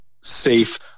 safe